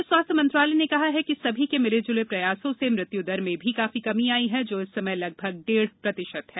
केन्द्रीय स्वास्थ्य मंत्रालय ने कहा है कि सभी के मिले जुले प्रयासों से मृत्युदर में भी काफी कमी आई है जो इस समय लगभग डेढ़ प्रतिशत है